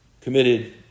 committed